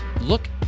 look